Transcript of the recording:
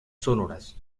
sonoras